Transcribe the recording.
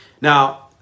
Now